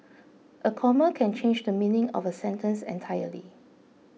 a comma can change the meaning of a sentence entirely